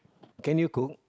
can you cook